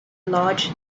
large